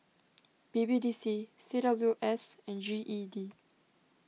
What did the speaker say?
B B D C C W S and G E D